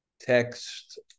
text